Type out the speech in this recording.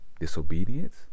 disobedience